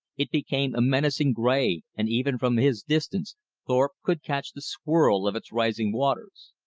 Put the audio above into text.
it became a menacing gray, and even from his distance thorpe could catch the swirl of its rising waters.